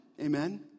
Amen